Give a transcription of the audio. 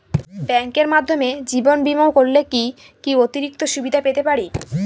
ব্যাংকের মাধ্যমে জীবন বীমা করলে কি কি অতিরিক্ত সুবিধে পেতে পারি?